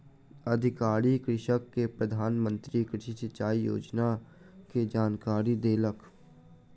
अधिकारी कृषक के प्रधान मंत्री कृषि सिचाई योजना के जानकारी देलक